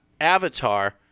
avatar